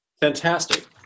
Fantastic